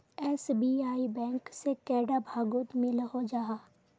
SBI bank से कैडा भागोत मिलोहो जाहा?